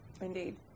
indeed